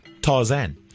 Tarzan